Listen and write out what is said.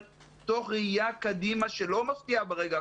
היא לא משם בעיקרה.